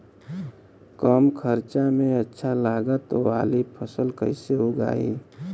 कम खर्चा में अच्छा लागत वाली फसल कैसे उगाई?